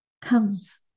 comes